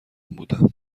بودم